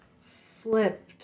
flipped